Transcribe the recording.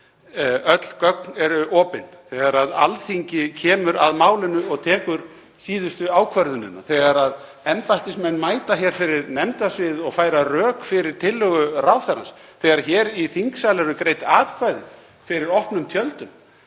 öll gögn eru opin, þegar Alþingi kemur að málinu og tekur síðustu ákvörðunina, þegar embættismenn mæta fyrir nefndasvið og færa rök fyrir tillögu ráðherrans, þegar hér í þingsal eru greidd atkvæði fyrir opnum tjöldum.